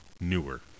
newer